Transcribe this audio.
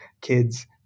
kids